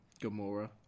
Gamora